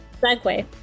segue